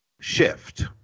shift